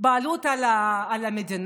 בעלות על המדינה?